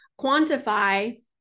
quantify